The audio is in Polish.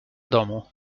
domu